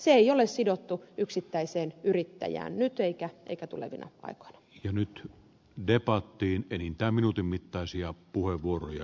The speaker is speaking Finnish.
se ei ole sidottu yksittäiseen yrittäjään nyt eikä tulevina paikkaa ja nyt vie paattiin enintään minuutin mittaisia aikoina